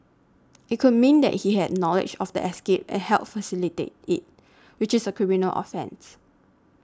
it could mean that he had knowledge of the escape and helped facilitate it which is a criminal offence